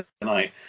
tonight